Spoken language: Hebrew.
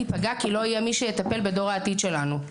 כי לא יהיה מי שיטפל בדור העתיד שלנו.